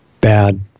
bad